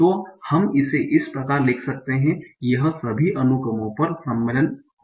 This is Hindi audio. तो हम इसे इस प्रकार लिख सकते हैं यह सभी अनुक्रमों पर सम्मिलन होगा